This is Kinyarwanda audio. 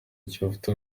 kidafite